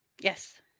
Yes